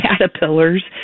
caterpillars